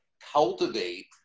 cultivate